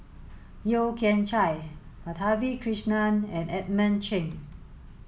Yeo Kian Chai Madhavi Krishnan and Edmund Cheng